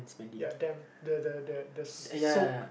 ya damp the the the the soaked